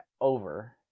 over